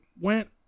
went